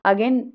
Again